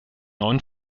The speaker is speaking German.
neuen